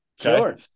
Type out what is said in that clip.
Sure